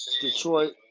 Detroit